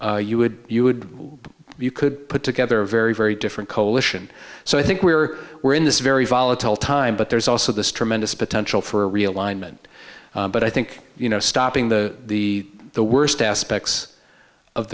messenger you would you would you could put together a very very different coalition so i think we're we're in this very volatile time but there's also this tremendous potential for a realignment but i think you know stopping the the the worst aspects of